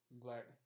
black